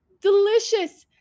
delicious